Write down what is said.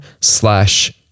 slash